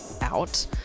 out